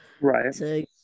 Right